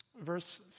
Verse